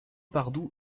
pardoux